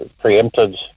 preempted